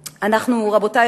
רבותי,